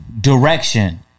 direction